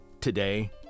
today